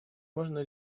можно